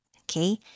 Okay